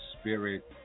spirit